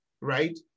Right